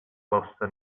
welsom